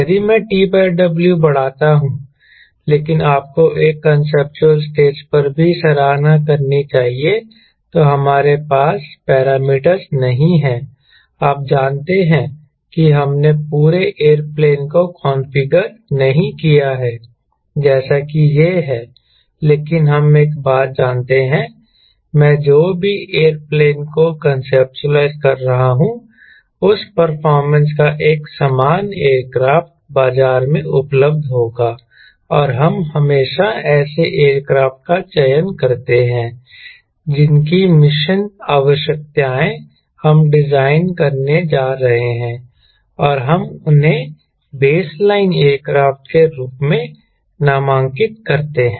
यदि मैं T W बढ़ाता हूं लेकिन आपको एक कांसेप्चुअल स्टेज पर भी सराहना करनी चाहिए तो हमारे पास सभी पैरामीटर नहीं हैं आप जानते हैं कि हमने पूरे एयरप्लेन को कॉन्फ़िगर नहीं किया है जैसा कि यह है लेकिन हम एक बात जानते हैं मैं जो भी एयरप्लेन को कोंसेप्टूलाइज़ कर रहा हूं उस परफारमेंस का एक समान एयरक्राफ्ट बाजार में उपलब्ध होगा और हम हमेशा ऐसे एयरक्राफ्ट का चयन करते हैं जिनकी मिशन आवश्यकताएं हम डिजाइन करने जा रहे हैं और हम उन्हें बेसलाइन एयरक्राफ्ट के रूप में नामांकित करते हैं